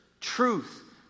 truth